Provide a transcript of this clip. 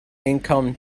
income